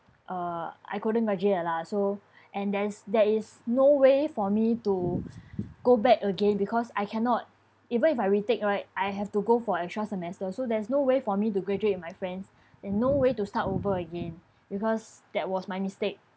uh I couldn't graduate lah so and there's there is no way for me to go back again because I cannot even if I retake right I have to go for extra semester so there's no way for me to graduate with my friends and no way to start over again because that was my mistake